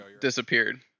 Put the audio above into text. disappeared